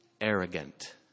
arrogant